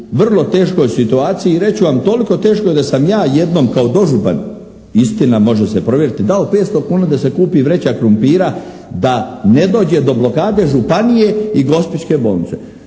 vrlo teškoj situaciji i reći ću vam toliko teškoj da sam ja jednom kao dožupan, istina može se provjeriti dao 500 kuna da se kupi vreća krumpira da ne dođe do blokade županije i gospićke bolnice.